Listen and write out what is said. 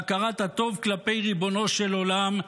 בהכרת הטוב כלפי ריבונו של עולם,